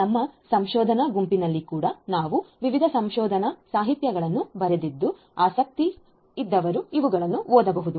ನಮ್ಮ ಸಂಶೋಧನಾ ಗುಂಪಿನಲ್ಲಿ ಕೂಡ ನಾವು ವಿವಿಧ ಸಂಶೋಧನಾ ಸಾಹಿತ್ಯಗಳನ್ನು ಬರೆದಿದ್ದು ಆಸಕ್ತಿಯಿದ್ದವರು ಇವುಗಳನ್ನು ಓದಬಹುದು